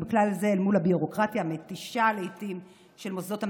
ובכלל זה אל מול הביורוקרטיה המתישה לעיתים של מוסדות המדינה,